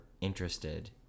interested